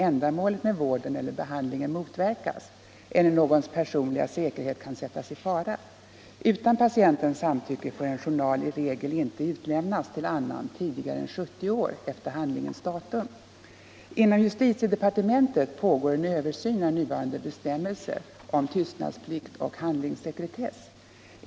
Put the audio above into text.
ändamålet med vården eller behandlingen motverkas eller någons personliga säkerhet kan sättas i fara. Utan patientens samtycke får en journal i regel inte utlämnas till annan tidigare än 70 år efter handlingens datum. Inom justitiedepartementet pågår en översyn av nuvarande bestämmelser om tystnadsplikt och handlingssekretess.